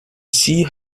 sea